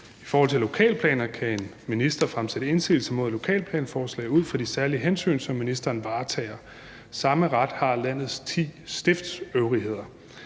I forhold til lokalplaner kan en minister fremsætte indsigelse mod lokalplansforslag ud fra de særlige hensyn, som ministeren varetager. Samme ret har landets ti stiftsøvrigheder.